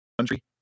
country